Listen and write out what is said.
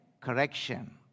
correction